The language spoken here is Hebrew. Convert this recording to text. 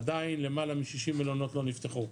עדיין למעלה מ-60 מלונות לא נפתחו.